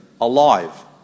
alive